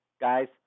Guys